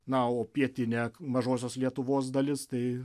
na o pietinė mažosios lietuvos dalis tai